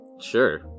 sure